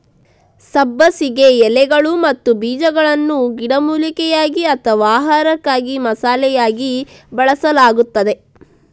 ಸಬ್ಬಸಿಗೆ ಎಲೆಗಳು ಮತ್ತು ಬೀಜಗಳನ್ನು ಗಿಡಮೂಲಿಕೆಯಾಗಿ ಅಥವಾ ಆಹಾರಕ್ಕಾಗಿ ಮಸಾಲೆಯಾಗಿ ಬಳಸಲಾಗುತ್ತದೆ